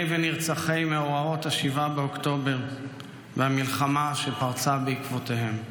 ונרצחי מאורעות 7 באוקטובר והמלחמה שפרצה בעקבותיהם.